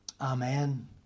Amen